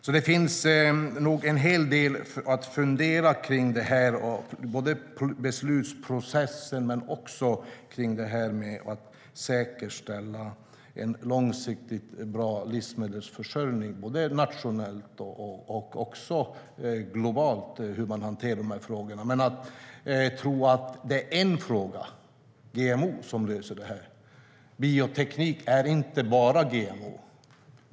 Det finns nog en hel del att fundera på när man hanterar dessa frågor i fråga om beslutsprocessen och om att säkerställa en långsiktigt bra livsmedelsförsörjning, både nationellt och globalt. Men man kan inte tro att det är en fråga - GMO - som löser detta. Bioteknik är inte bara GMO.